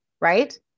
right